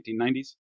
1990s